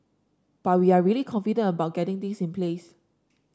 but we're really confident about getting things in place